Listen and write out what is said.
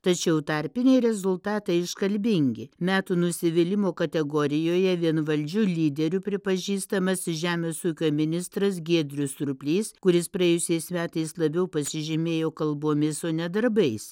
tačiau tarpiniai rezultatai iškalbingi metų nusivylimų kategorijoje vienvaldžiu lyderiu pripažįstamas žemės ūkio ministras giedrius surplys kuris praėjusiais metais labiau pasižymėjo kalbomis o ne darbais